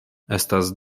estas